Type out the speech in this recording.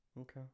okay